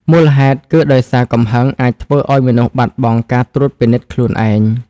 មូលហេតុគឺដោយសារកំហឹងអាចធ្វើឲ្យមនុស្សបាត់បង់ការត្រួតពិនិត្យខ្លួនឯង។